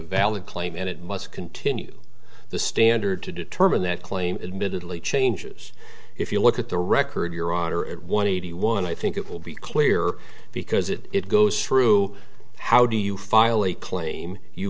valid claim and it must continue the standard to determine that claim admittedly changes if you look at the record your honor at one eighty one i think it will be clear because it it goes through how do you file a claim you